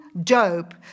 Job